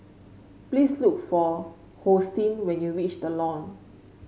please look for Hosteen when you reach The Lawn